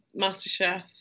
MasterChef